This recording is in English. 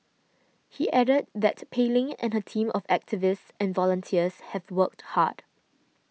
he added that Pei Ling and her team of activists and volunteers have worked hard